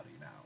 now